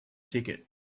ticket